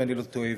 אם אני לא טועה,